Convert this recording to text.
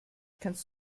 kannst